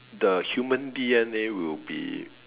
the human D_N_A will be